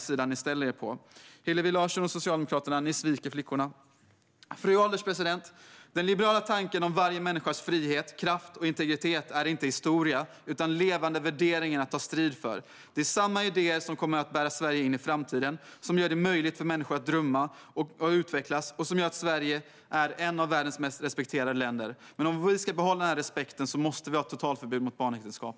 Hillevi Larsson och Socialdemokraterna sviker flickorna. Fru ålderspresident! Den liberala tanken om varje människas frihet, kraft och integritet är inte historia utan levande värderingar att ta strid för. Det är samma idéer som kommer att bära Sverige in i framtiden, som gör det möjligt för människor att drömma och utvecklas och som gör att Sverige är ett av världens mest respekterade länder. Men om vi ska behålla den respekten måste vi ha ett totalförbud mot barnäktenskap.